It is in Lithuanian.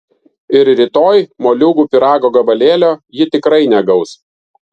ir rytoj moliūgų pyrago gabalėlio ji tikrai negaus